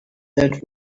that